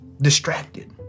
distracted